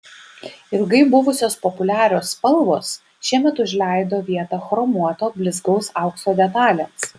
ilgai buvusios populiarios spalvos šiemet užleido vietą chromuoto blizgaus aukso detalėms